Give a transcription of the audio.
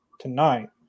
tonight